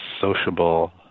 sociable